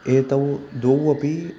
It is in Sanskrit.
एतौ द्वौ अपि